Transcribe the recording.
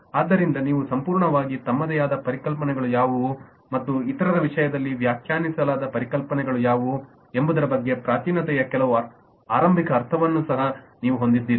ಆದ್ದರಿಂದ ನೀವು ಸಂಪೂರ್ಣವಾಗಿ ತಮ್ಮದೇ ಆದ ಪರಿಕಲ್ಪನೆಗಳು ಯಾವುವು ಮತ್ತು ಇತರರ ವಿಷಯದಲ್ಲಿ ವ್ಯಾಖ್ಯಾನಿಸಲಾದ ಪರಿಕಲ್ಪನೆಗಳು ಯಾವುವು ಎಂಬುದರ ಬಗ್ಗೆ ಪ್ರಾಚೀನತೆಯ ಕೆಲವು ಆರಂಭಿಕ ಅರ್ಥವನ್ನು ಸಹ ನೀವು ಹೊಂದಿದ್ದೀರಿ